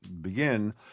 Begin